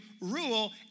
rule